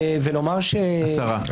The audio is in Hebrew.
השרה.